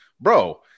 bro